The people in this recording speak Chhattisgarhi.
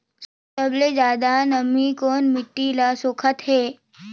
सबले ज्यादा नमी कोन मिट्टी ल सोखत हे?